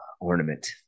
ornament